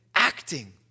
acting